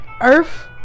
earth